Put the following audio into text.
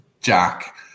Jack